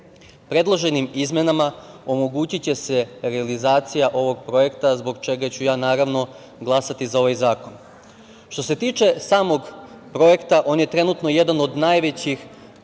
Predloženim izmenama omogućiće se realizacija ovog projekta zbog čega ću ja, naravno, glasati za ovaj zakon. Što se tiče samog projekta, on je trenutno jedan od najvećih